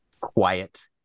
quiet